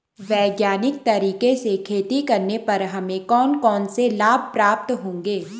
वैज्ञानिक तरीके से खेती करने पर हमें कौन कौन से लाभ प्राप्त होंगे?